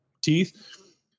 teeth